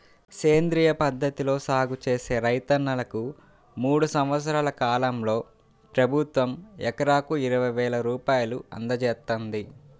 సేంద్రియ పద్ధతిలో సాగు చేసే రైతన్నలకు మూడు సంవత్సరాల కాలంలో ప్రభుత్వం ఎకరాకు ఇరవై వేల రూపాయలు అందజేత్తంది